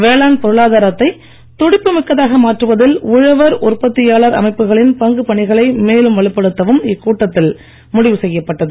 வேளாண் பொருளாதாரத்தை துடிப்பு மிக்கதாக மாற்றுவதில் உழவர் உற்பத்தியாளர் அமைப்புகளின் பங்கு பணிகளை மேலும் வலுப்படுத்தவும் இக்கூட்டத்தில் முடிவு செய்யப் பட்டது